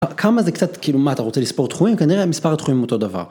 כמה זה קצת כאילו מה אתה רוצה לספור תחומים כנראה המספר התחומים אותו דבר.